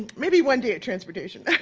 maybe one day transportation.